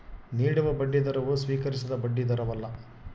ನೀಡುವ ಬಡ್ಡಿದರವು ಸ್ವೀಕರಿಸಿದ ಬಡ್ಡಿದರವಲ್ಲ